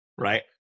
right